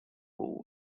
rule